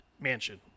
mansion